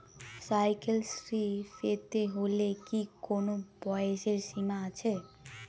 Cycle Shri পেতে হলে কি কোনো বয়সের সীমা আছে?